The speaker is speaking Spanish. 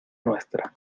nuestra